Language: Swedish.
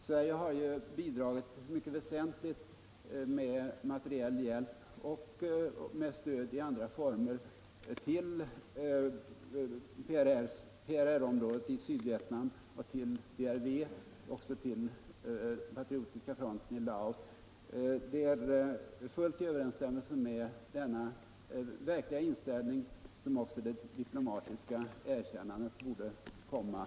Sverige har bidragit mycket väsentligt med materiell hjälp och med stöd i andra former till PRR-området i Sydvietnam, till DRV och också till patriotiska fronten i Laos. Fullt i överensstämmelse med denna verkliga inställning borde också det diplomatiska erkännandet komma nu.